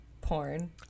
porn